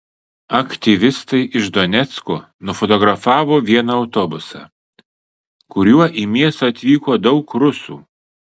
aktyvistai iš donecko nufotografavo vieną autobusą kuriuo į miestą atvyko daug rusų